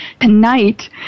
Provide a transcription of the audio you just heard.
tonight